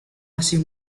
masih